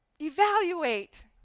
evaluate